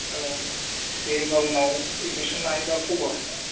औ दे होमबा उनाव एडमिसन लाहैबा खबर